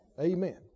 Amen